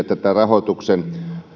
tätä rahoituksen